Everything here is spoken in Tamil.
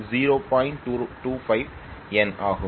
25n ஆகும்